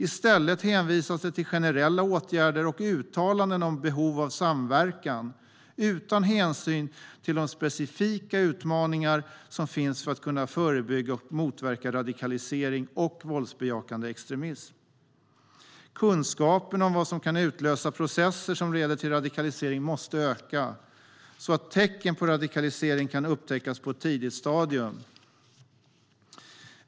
I stället hänvisas det till generella åtgärder och uttalanden om behov av samverkan utan hänsyn till de specifika utmaningar som finns för att kunna förebygga och motverka radikalisering och våldsbejakande extremism. Kunskapen om vad som kan utlösa processer som leder till radikalisering måste öka så att tecken på radikalisering kan upptäckas på ett tidigt stadium.